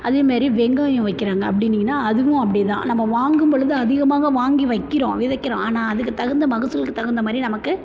அதேமாதிரி வெங்காயம் விற்கிறாங்க அப்படின்னிங்கன்னா அதுவும் அப்படிதான் நம்ம வாங்கும்பொழுது அதிகமாக வாங்கி வைக்கிறோம் விதைக்கிறோம் ஆனால் அதுக்கு தகுந்த மகசூலுக்கு தகுந்த மாதிரி நமக்கு